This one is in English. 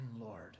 Lord